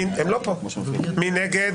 מי נגד?